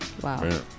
Wow